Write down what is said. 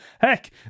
Heck